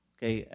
Okay